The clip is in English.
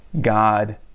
God